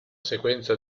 sequenza